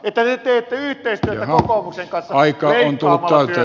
jaha aika on tullut täyteen